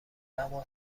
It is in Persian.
اما